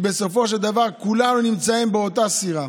בסופו של דבר, כולנו נמצאים באותה סירה,